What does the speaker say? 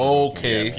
okay